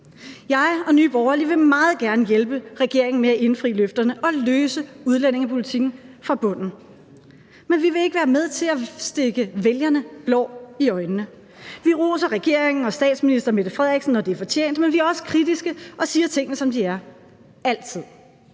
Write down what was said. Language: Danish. Jeg og Nye Borgerlige vil meget gerne hjælpe regeringen med at indfri løfterne og løse udlændingepolitikken fra bunden. Men vi vil ikke være med til at stikke vælgerne blår i øjnene. Vi roser regeringen og statsminister Mette Frederiksen, når det er fortjent, men vi er også kritiske og siger tingene, som de er – altid.